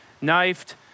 knifed